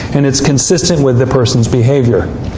and it's consistent with the person's behavior.